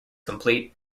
complete